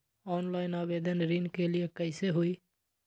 Online आवेदन ऋन के लिए कैसे हुई?